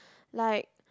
like